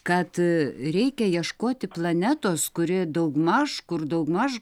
kad reikia ieškoti planetos kuri daugmaž kur daugmaž